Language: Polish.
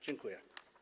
Dziękuję.